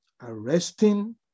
arresting